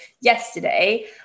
yesterday